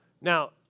Now